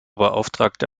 beauftragte